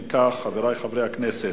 אם כך, חברי חברי הכנסת,